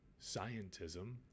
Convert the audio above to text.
scientism